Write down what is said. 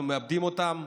אנחנו מעבדים אותן,